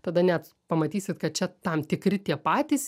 tada net pamatysit kad čia tam tikri tie patys